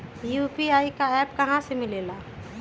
UPI का app कहा से मिलेला?